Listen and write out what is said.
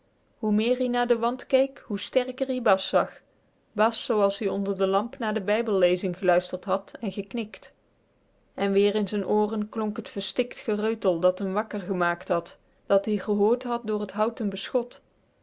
hoe meer ie naar den wand keek hoe sterker ie bas zag bas zooals ie onder de lamp naar de bijbellezing geluisterd had en geknikt en weer in z'n ooren klonk het verstikt gereutel dat m wakker gemaakt had dat-ie gehoord had door t houten beschot